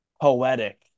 poetic